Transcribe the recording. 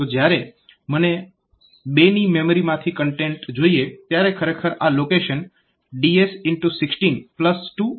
તો જ્યારે મને 2 ની મેમરી માંથી કન્ટેન્ટ જોઈએ ત્યારે ખરેખર આ લોકેશન 2 એક્સેસ કરશે